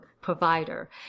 provider